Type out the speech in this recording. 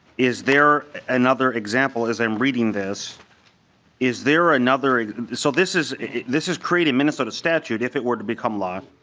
is there another example is i'm reading this is there another so this is this is created minnesota statute if it were to become law.